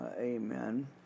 Amen